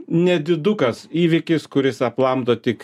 nedidukas įvykis kuris aplamdo tik